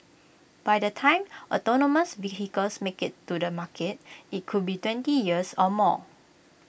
by the time autonomous vehicles make IT to the market IT could be twenty years or more